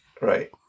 Right